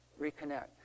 Reconnect